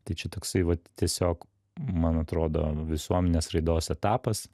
tai čia toksai vat tiesiog man atrodo visuomenės raidos etapas